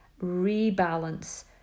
rebalance